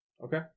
Okay